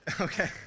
okay